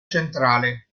centrale